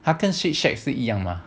他跟 shake shack 是一样吗